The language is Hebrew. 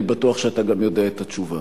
אני בטוח שאתה גם יודע את התשובה.